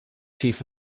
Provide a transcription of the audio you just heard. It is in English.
chief